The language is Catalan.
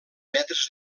metres